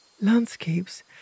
landscapes